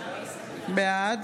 בעד